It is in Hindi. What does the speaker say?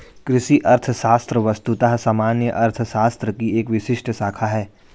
कृषि अर्थशास्त्र वस्तुतः सामान्य अर्थशास्त्र की एक विशिष्ट शाखा है